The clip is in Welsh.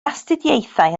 astudiaethau